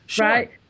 right